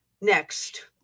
next